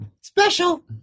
Special